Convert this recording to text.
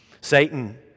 Satan